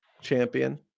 champion